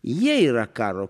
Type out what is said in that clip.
jie yra karo